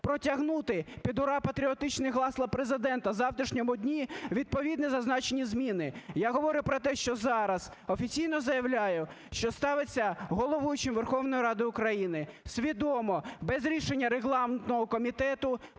протягнути під ура патріотичні гасла Президента в завтрашньому дні відповідні зазначені зміни. Я говорю про те, що зараз, офіційно заявляю, що ставиться головуючим Верховної Ради України свідомо, без рішення регламентного комітету